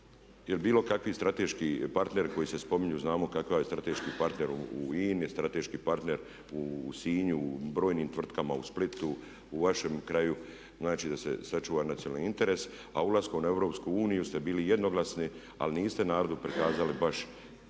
Jer bilo kakvi strateški partner koji se spominju, znamo kakav je strateški partner u INA-i, strateški partner u Sinju u brojnim tvrtkama, u Splitu, u vašem kraju. Znači da se sačuva nacionalni interes. A ulaskom u EU ste bili jednoglasni ali niste narodu prikazali baš